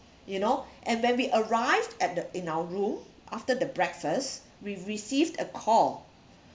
you know and when we arrived at the in our room after the breakfast we received a call